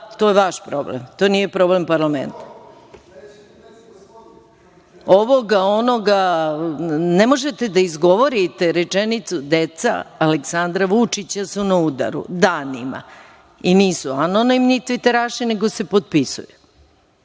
to je vaš problem. To nije problem parlamenta. Ovoga, onoga, ne možete da izgovorite rečenicu - deca Aleksandra Vučića su na udaru danima. I nisu anonimni tviteraši nego se potpisuju.